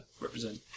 represent